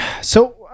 So-